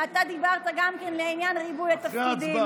אתה דיברת גם כן על עניין ריבוי התפקידים.